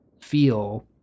feel